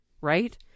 right